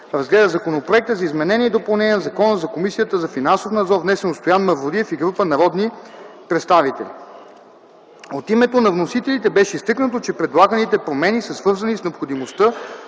разгледа Законопроекта за изменение и допълнение на Закона за Комисията за финансов надзор, внесен от Стоян Мавродиев и група народни представители. От името на вносителите беше изтъкнато, че предлаганите промени са свързани с необходимостта